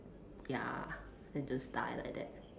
ya then just die like that